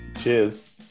cheers